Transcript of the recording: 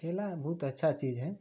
खेला बहुत अच्छा चीज हइ